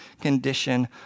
condition